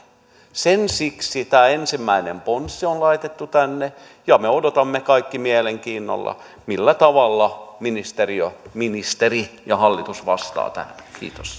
siksi tämä ensimmäinen ponsi on laitettu tänne ja me odotamme kaikki mielenkiinnolla millä tavalla ministeri ja hallitus vastaavat tähän kiitos